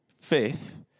Fifth